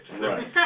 Right